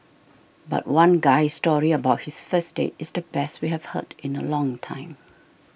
but one guy's story about his first date is the best we have heard in a long time